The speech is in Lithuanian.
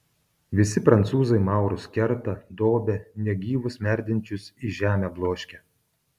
visi prancūzai maurus kerta dobia negyvus merdinčius į žemę bloškia